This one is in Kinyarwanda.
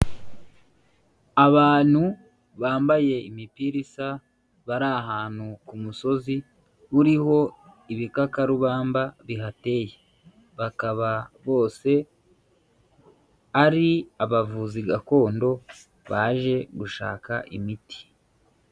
Abantu bambaye imipira isa bari ahantu ku musozi uriho ibikakarubamba bihateye. Bakaba bose ari abavuzi gakondo baje gushaka imiti.